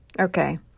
Okay